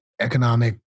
economic